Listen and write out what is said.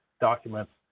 documents